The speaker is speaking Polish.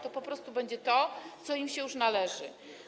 To po prostu będzie to, co im się należy.